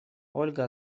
ольга